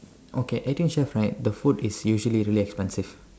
okay eighteen chefs right the food is usually really expensive